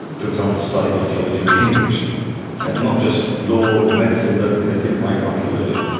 for example, studying archaeology in cambridge, and not just law or medicine but things like archaeology.